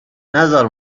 نزار